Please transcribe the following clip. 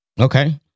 Okay